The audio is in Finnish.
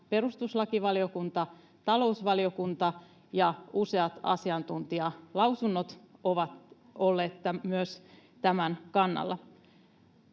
perustuslakivaliokunta ja talousvaliokunta, ja myös useat asiantuntijalausunnot ovat olleet tämän kannalla.